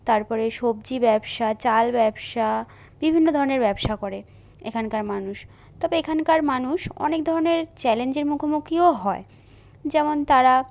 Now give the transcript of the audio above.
তারপরে সবজি ব্যবসা চাল ব্যবসা বিভিন্ন ধরণের ব্যবসা করে এখানকার মানুষ তবে এখানকার মানুষ অনেক ধরণের চ্যালেঞ্জের মুখোমুখিও হয় যেমন তারা